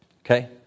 Okay